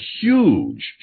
huge